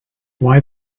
why